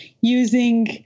using